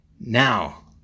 Now